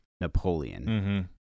napoleon